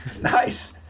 nice